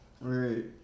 right